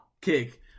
kick